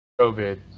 COVID